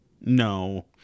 no